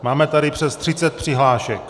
Máme tady přes třicet přihlášek.